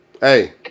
Hey